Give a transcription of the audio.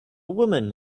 woman